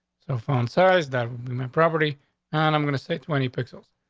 so phone size that property on, i'm gonna say twenty pixels.